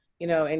you know, and